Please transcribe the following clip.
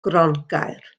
grongaer